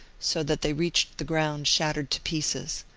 so that they reached the ground shattered to pieces.